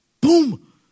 Boom